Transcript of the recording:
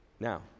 Now